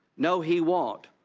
no, he won't.